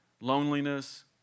loneliness